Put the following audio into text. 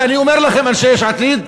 ואני אומר לכם, אנשי יש עתיד,